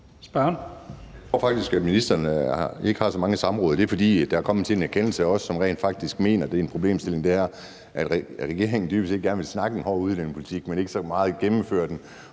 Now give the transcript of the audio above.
Jeg tror faktisk, at ministeren ikke har så mange samråd, fordi vi er kommet til en erkendelse af, at det er en problemstilling. Regeringen vil gerne snakke om en hård udlændingepolitik, men ikke så meget gennemføre den,